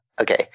okay